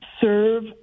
serve